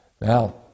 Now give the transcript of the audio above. Now